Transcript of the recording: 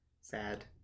sad